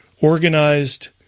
organized